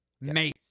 mace